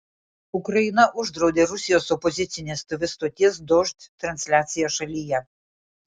ukraina uždraudė rusijos opozicinės tv stoties dožd transliaciją šalyje